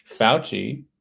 fauci